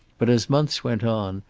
but as months went on,